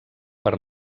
per